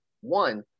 one